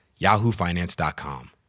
yahoofinance.com